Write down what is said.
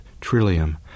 Trillium